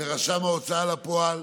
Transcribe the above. לרשם ההוצאה לפועל,